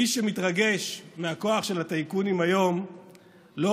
מי שמתרגש מהכוח של הטייקונים היום לא